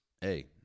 hey